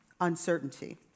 uncertainty